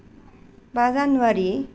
बा जानुवारि